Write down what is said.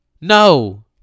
no